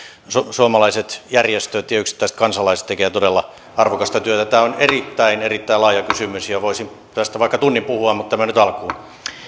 suomalaiset järjestöt ja yksittäiset kansalaiset tekevät todella arvokasta työtä tämä on erittäin erittäin laaja kysymys ja voisin tästä vaikka tunnin puhua mutta tämä nyt alkuun